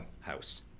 house